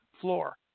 floor